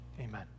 Amen